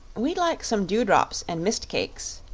we'd like some dewdrops and mist-cakes,